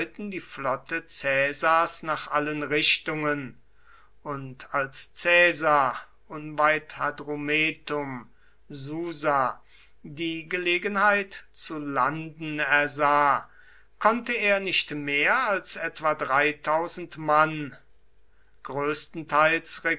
die flotte caesars nach allen richtungen und als caesar unweit hadrumetum susa die gelegenheit zu landen ersah konnte er nicht mehr als etwa mann größtenteils